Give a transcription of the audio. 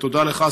ותודה לך,